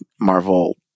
Marvel